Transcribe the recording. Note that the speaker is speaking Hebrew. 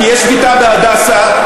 כי יש שביתה ב"הדסה",